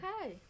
Okay